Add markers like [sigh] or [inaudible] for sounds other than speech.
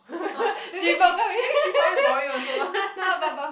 [laughs] maybe she maybe she find boring also [laughs]